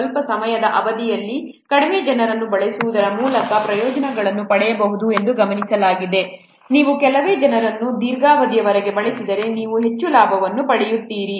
ಸ್ವಲ್ಪ ಸಮಯದ ಅವಧಿಯಲ್ಲಿ ಕಡಿಮೆ ಜನರನ್ನು ಬಳಸುವುದರ ಮೂಲಕ ಪ್ರಯೋಜನಗಳನ್ನು ಪಡೆಯಬಹುದು ಎಂದು ಗಮನಿಸಲಾಗಿದೆ ನೀವು ಕೆಲವೇ ಜನರನ್ನು ದೀರ್ಘಾವಧಿಯವರೆಗೆ ಬಳಸಿದರೆ ನೀವು ಹೆಚ್ಚು ಲಾಭವನ್ನು ಪಡೆಯುತ್ತೀರಿ